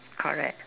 correct